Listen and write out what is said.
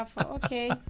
Okay